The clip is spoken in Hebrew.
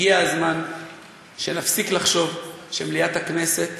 הגיע הזמן שנפסיק לחשוב שמליאת הכנסת